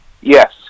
Yes